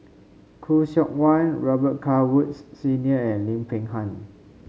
Khoo Seok Wan Robet Carr Woods Senior and Lim Peng Han